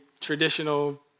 traditional